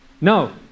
No